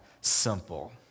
simple